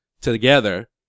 together